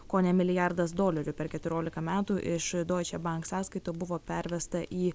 kone milijardas dolerių per keturiolika metų iš doičebank sąskaitų buvo pervesta į